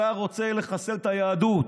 אתה רוצה לחסל את היהדות,